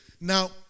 Now